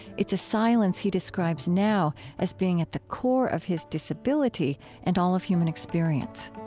it's a silence he describes now as being at the core of his disability and all of human experience